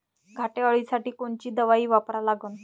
घाटे अळी साठी कोनची दवाई वापरा लागन?